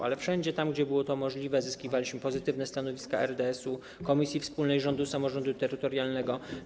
Ale wszędzie tam, gdzie było to możliwe, zyskiwaliśmy pozytywne stanowiska RDS-u, Komisji Wspólnej Rządu i Samorządu Terytorialnego.